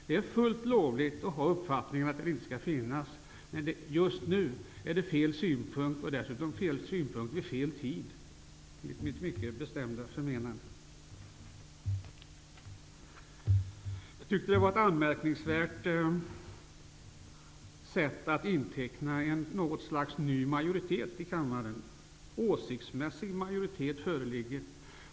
Det är fullt lovligt att ha uppfattningen att den inte skall vägas in, men det är just nu enligt mitt mycket bestämda förmenande fel synpunkt vid fel tid. Jag tycker vidare att det var anmärkningsvärt att försöka inteckna något slags ny majoritet i kammaren genom att hänvisa till en åsiktsmässig majoritet som skulle föreligga.